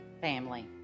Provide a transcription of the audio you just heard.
family